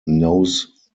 knows